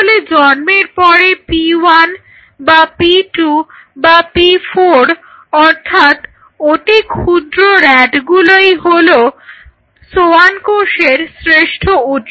তাহলে জন্মের পরে P1 বা P2 বা P4 অর্থাৎ অতিক্ষুদ্র rat গুলিই হলো সোয়ান কোষের শ্রেষ্ঠ উৎস